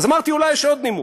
אז אמרתי: אולי יש עוד נימוק.